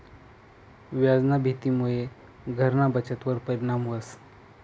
व्याजना भीतीमुये घरना बचतवर परिणाम व्हस